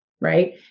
Right